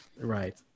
right